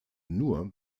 nur